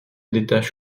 détache